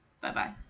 Bye-bye